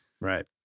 Right